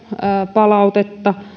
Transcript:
palautetta